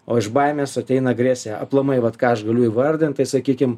o iš baimės ateina agresija aplamai vat ką aš galiu įvardint tai sakykim